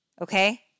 Okay